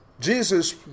Jesus